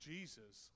Jesus